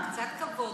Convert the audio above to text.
קצת כבוד.